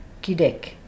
kidek